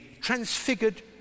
transfigured